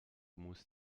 muss